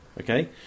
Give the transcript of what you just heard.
Okay